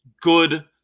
Good